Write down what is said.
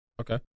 Okay